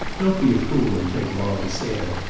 don't be a fool and take wallie sayre.